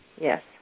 Yes